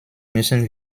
müssen